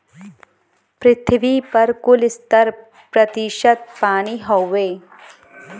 पृथ्वी पर कुल सत्तर प्रतिशत पानी हउवे